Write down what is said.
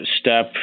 step